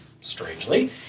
strangely